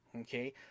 okay